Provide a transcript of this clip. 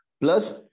plus